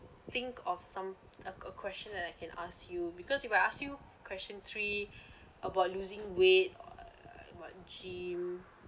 think of some a a question that I can ask you because if I ask you question three about losing weight err what gym